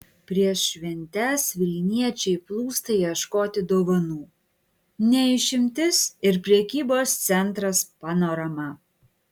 prieš šventes vilniečiai plūsta ieškoti dovanų ne išimtis ir prekybos centras panorama